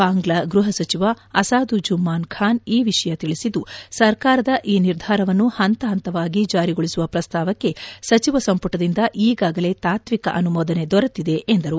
ಬಾಂಗ್ಲಾ ಗ್ಬಹ ಸಚಿವ ಅಸಾದು ಜಮ್ಮಾನ್ ಖಾನ್ ಈ ವಿಷಯ ತಿಳಿಸಿದ್ದು ಸರ್ಕಾರದ ಈ ನಿರ್ಧಾರವನ್ನು ಹಂತಹಂತವಾಗಿ ಜಾರಿಗೊಳಿಸುವ ಪ್ರಸ್ತಾವಕ್ಕೆ ಸಚಿವ ಸಂಪುಟದಿಂದ ಈಗಾಗಲೇ ತಾತ್ವಿಕ ಅನುಮೋದನೆ ದೊರೆತಿದೆ ಎಂದರು